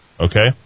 Okay